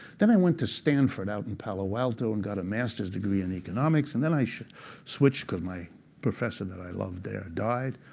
then i went to stanford out in palo alto and got a master's degree in economics. and then i switched because my professor that i loved there died,